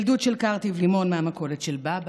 ילדות של קרטיב לימון מהמכולת של בבא,